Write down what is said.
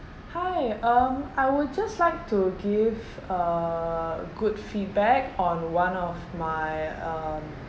hi um I would just like to give uh good feedback on one of my um